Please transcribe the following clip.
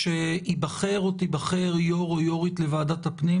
כשייבחר או תיבחר יו"ר או יו"רית לוועדת הפנים